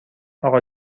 اقا